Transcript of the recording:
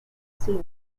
cine